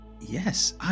Yes